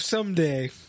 Someday